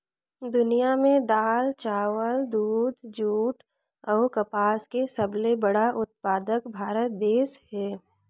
दुनिया में दाल, चावल, दूध, जूट अऊ कपास के सबले बड़ा उत्पादक भारत देश हे